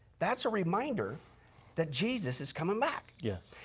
that's a reminder that jesus is coming back. yes.